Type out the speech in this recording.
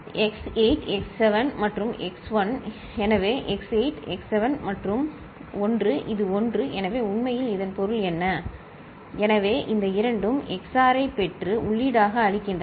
f x8 x7 x4 x2 x 1 f x8 x7 x2 x 1 f x8 x7 1 எனவே இந்த இரண்டும் XORed ஐப் பெற்று உள்ளீடாக அளிக்கின்றன